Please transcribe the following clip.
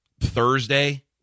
Thursday